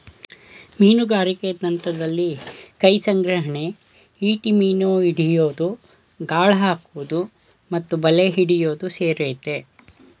ಮೀನುಗಾರಿಕೆ ತಂತ್ರದಲ್ಲಿ ಕೈಸಂಗ್ರಹಣೆ ಈಟಿ ಮೀನು ಹಿಡಿಯೋದು ಗಾಳ ಹಾಕುವುದು ಮತ್ತು ಬಲೆ ಹಿಡಿಯೋದು ಸೇರಯ್ತೆ